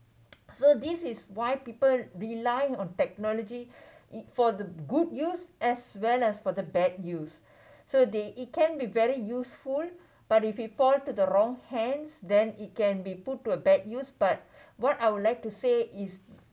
so this is why people rely on technology for the good use as well as for the bad use so they it can be very useful but if you fall to the wrong hands then it can be put to a bad use but what I would like to say is